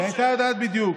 היא הייתה יודעת בדיוק.